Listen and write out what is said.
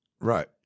Right